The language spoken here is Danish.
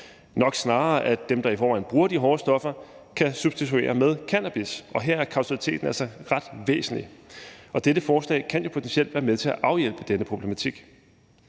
nok snarere at dem, der i forvejen bruger de hårde stoffer, kan substituere med cannabis, og her er kausaliteten altså ret væsentlig. Og dette forslag kan jo potentielt være med til at afhjælpe denne problematik.